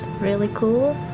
really cool.